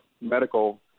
medical